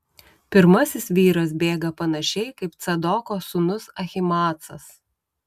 pirmasis vyras bėga panašiai kaip cadoko sūnus ahimaacas